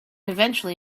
eventually